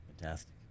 Fantastic